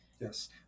Yes